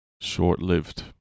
short-lived